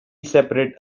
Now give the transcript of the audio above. separate